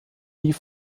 die